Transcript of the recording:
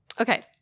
Okay